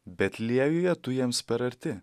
betliejuje tu jiems per arti